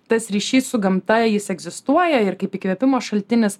tas ryšys su gamta jis egzistuoja ir kaip įkvėpimo šaltinis